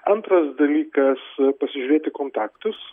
antras dalykas pasižiūrėt į kontaktus